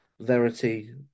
Verity